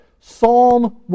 Psalm